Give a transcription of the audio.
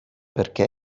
perché